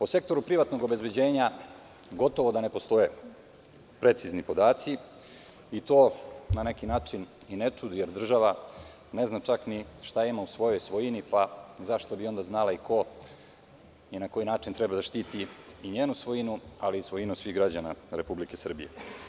U sektoru privatnog obezbeđenja gotovo da ne postoji precizni podaci i to me i ne čudi, jer država ne zna čak ni šta ima u svojoj svojini, zašto bi onda znala i ko i na koji način treba da štiti njenu svojinu, a i svojinu svih građana Republike Srbije.